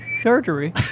Surgery